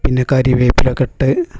പിന്നെ കരിവേപ്പില ഒക്കെ ഇട്ട്